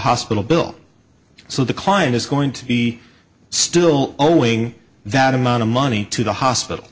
hospital bill so the client is going to be still only thing that amount of money to the hospital